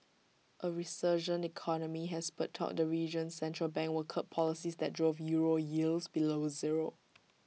A resurgent economy has spurred talk the region's central bank will curb policies that drove euro yields below zero